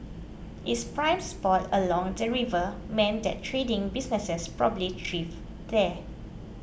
it's prime spot along the river meant that trading businesses probably thrived there